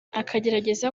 akagerageza